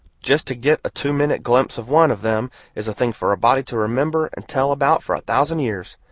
just to get a two-minute glimpse of one of them is a thing for a body to remember and tell about for a thousand years.